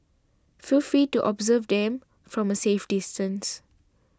feel free to observe them from a safe distance